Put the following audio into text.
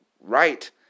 right